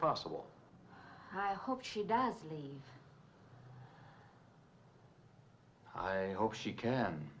possible i hope she does leave i hope she can